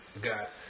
got